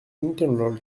internal